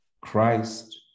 Christ